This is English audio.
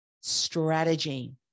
strategy